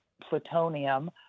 plutonium